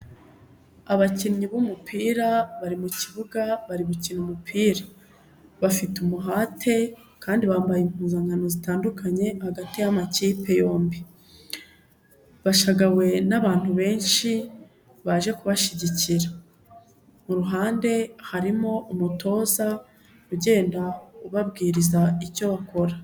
Abakinnyi b'umupira bari mu kibuga bari gukina umupira, bafite umuhate kandi bambaye impuzankano zitandukanye hagati y'amakipe yombi, bashagawe n'abantu benshi baje kubashyigikira, ku ruhande harimo umutoza, ugenda ubabwiriza icyo bakora.